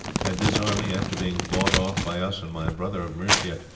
had this army, after being bought off by us and my brother of mercia,